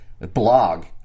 blog